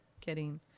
Kidding